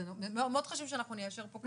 זה מאוד חשוב שאנחנו ניישר פה קו.